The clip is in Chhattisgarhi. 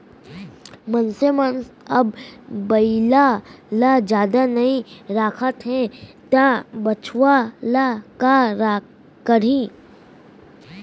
मनसे मन अब बइला ल जादा नइ राखत हें त बछवा ल का करहीं